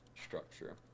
structure